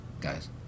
guys